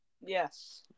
yes